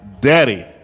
daddy